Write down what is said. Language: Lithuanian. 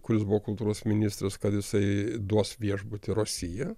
kuris buvo kultūros ministras kad jisai duos viešbutį rasija